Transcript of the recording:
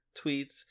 tweets